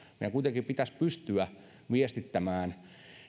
meidän kuitenkin pitäisi pystyä viestittämään